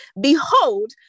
Behold